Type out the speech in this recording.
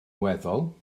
weddol